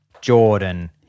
Jordan